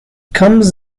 comes